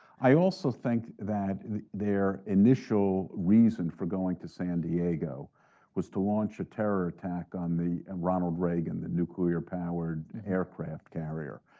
i also think that their initial reason for going to san diego was to launch a terror attack on the and ronald reagan, the nuclear powered aircraft carrier,